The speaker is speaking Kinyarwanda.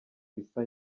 bisa